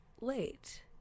late